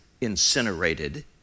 incinerated